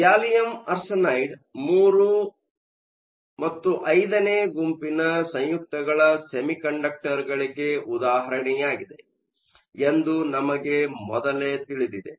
gallium arsenide III V ನೇ ಗುಂಪಿನ ಸಂಯುಕ್ತಗಳ ಸೆಮಿಕಂಡಕ್ಟರ್ಗಳಿಗೆ ಉದಾಹರಣೆಯಾಗಿದೆ ಎಂದು ನಮಗೆ ಮೊದಲೇ ತಿಳಿದಿದೆ